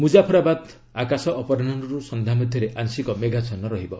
ମୁଜାଫରବାଦର ଆକାଶ ଅପରାହ୍ନରୁ ସନ୍ଧ୍ୟା ମଧ୍ୟରେ ଆଂଶିକ ମେଘାଚ୍ଛନ୍ନ ରହିବ